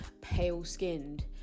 pale-skinned